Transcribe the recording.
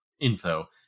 info